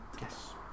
Yes